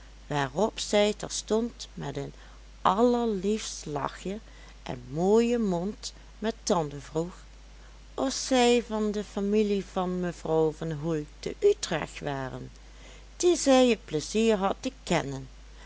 waarop zij terstond met een allerliefst lachjen en mooien mond met tanden vroeg of zij van de familie van mevrouw van hoel te utrecht waren die zij het pleizier had t kennen